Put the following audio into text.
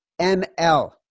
ML